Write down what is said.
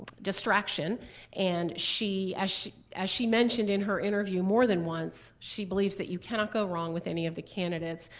distraction and as she as she mentioned in her interview more than once, she believes that you cannot go wrong with any of the candidates.